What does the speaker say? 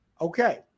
Okay